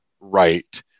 right